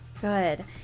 Good